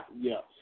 Yes